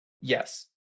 Yes